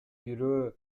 бирөө